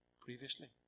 previously